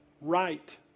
right